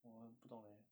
我很不懂 leh